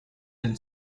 then